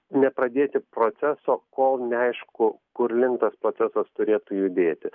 nepradėti proceso kol neaišku kurlink tas procesas turėtų judėti